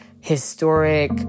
historic